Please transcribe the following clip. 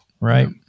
Right